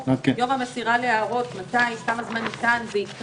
אז אני אמרתי את זה לפרוטוקול ואני רוצה